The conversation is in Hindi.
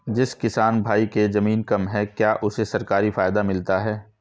जिस किसान भाई के ज़मीन कम है क्या उसे सरकारी फायदा मिलता है?